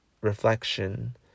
Reflection